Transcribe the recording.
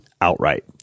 outright